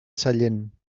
sallent